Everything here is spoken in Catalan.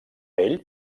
vell